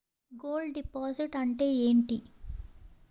Gold deposit అంతే ఎంటి?